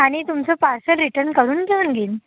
आणि तुमचं parcel return करून ठेवून घेईन